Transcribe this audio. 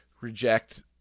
reject